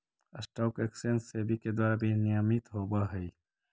stock exchange SEBI के द्वारा विनियमित होवऽ हइ